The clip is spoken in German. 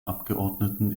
abgeordneten